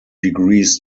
degrees